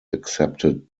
accepted